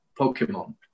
Pokemon